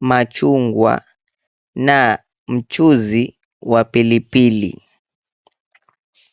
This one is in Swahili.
machungwa na mchuzi wa pilipili.